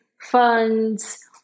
funds